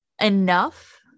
enough